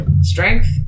Strength